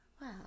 Wow